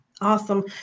Awesome